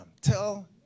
Tell